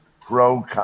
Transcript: pro